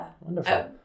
Wonderful